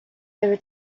over